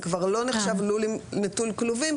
זה כבר לא נחשב לול נטול כלובים,